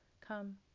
Come